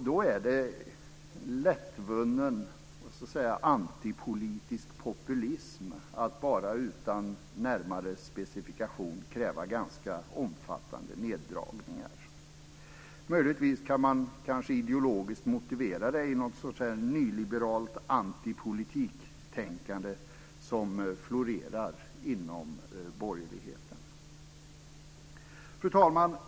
Då är det lättvunnen antipolitisk populism att utan närmare specifikation kräva ganska omfattande neddragningar. Möjligtvis kan man kanske ideologiskt motivera det i något nyliberalt antipolitiktänkande som florerar inom borgerligheten. Fru talman!